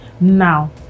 now